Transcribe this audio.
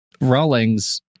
rowling's